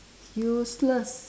useless